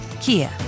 Kia